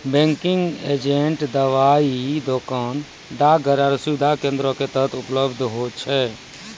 banking agent दबाइ दोकान, डाकघर आरु सुविधा केन्द्रो के तरह उपलब्ध छै